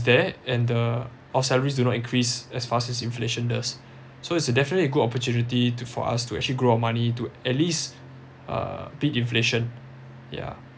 there and the our salaries do not increase as fast as inflation does so it's definitely a good opportunity to for us to actually grow our money to at least uh beat inflation yeah